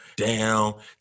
Down